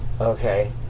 okay